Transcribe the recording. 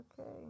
okay